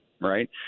Right